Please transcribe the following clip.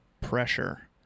pressure